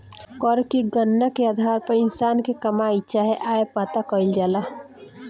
कर के गणना के आधार पर इंसान के कमाई चाहे आय पता कईल जाला